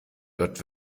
dort